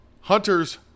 Hunter's